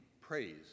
praise